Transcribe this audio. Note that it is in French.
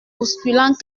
bousculant